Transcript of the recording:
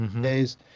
days